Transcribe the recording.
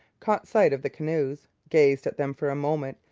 caught sight of the canoes, gazed at them for a moment,